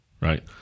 right